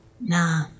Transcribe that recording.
Nah